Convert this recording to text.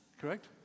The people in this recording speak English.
Correct